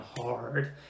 hard